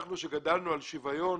אנחנו, שגדלנו על שוויון